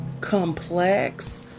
complex